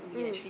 mm